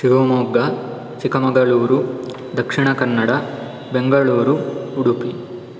Shivamogga Chikkamagaluru Dakshina Kannada Bengaluru Udupi